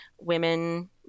women